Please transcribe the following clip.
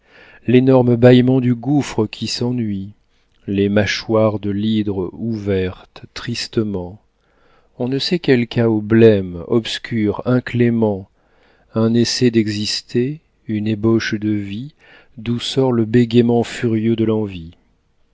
l'énorme bâillement du gouffre qui s'ennuie les mâchoires de l'hydre ouvertes tristement on ne sait quel chaos blême obscur inclément un essai d'exister une ébauche de vie d'où sort le bégaiement furieux de l'envie